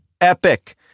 epic